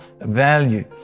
value